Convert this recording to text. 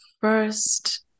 first